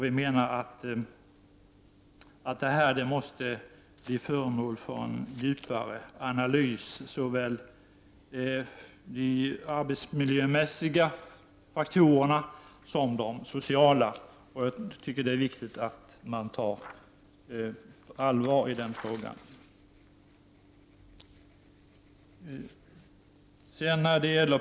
Vi menar att detta måste bli föremål för en djupare analys, såväl av de arbetsmiljömässiga faktorerna som av de sociala. Jag tycker att det är viktigt att man tar tag i den frågan på allvar.